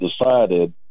decided